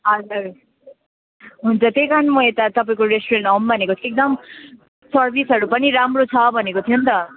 हजुर हुन्छ त्यही कारण म यता तपाईँको रेस्टुरेन्ट आउँ भनेको एकदम सर्विसहरू पनि राम्रो छ भनेको थियो नि त